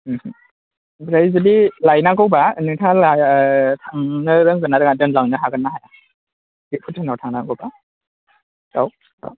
ओमफ्राय जुदि लायनांगौबा नोंहा लायनो थांनो रोंगोन ना रोङा दोनलांनो हागोनना हाया बे भुटानाव थांनांगौबा औ औ